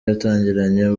yatangiranye